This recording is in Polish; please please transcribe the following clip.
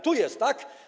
Tu jest, tak?